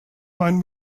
find